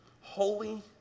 holy